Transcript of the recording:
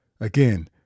Again